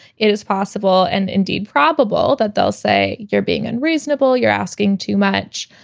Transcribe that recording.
it is possible and indeed probable that they'll say you're being unreasonable, you're asking too much